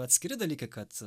atskiri dalykai kad